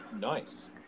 nice